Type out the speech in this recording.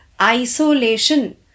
isolation